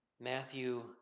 Matthew